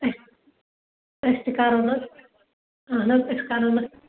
أسۍ تہِ کَرو نہ حظ اَہن حظ أسۍ کَرو نہ